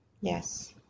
Yes